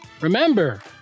Remember